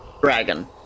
Dragon